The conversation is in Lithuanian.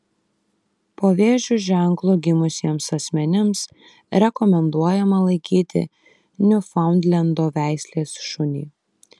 po vėžio ženklu gimusiems asmenims rekomenduojama laikyti niufaundlendo veislės šunį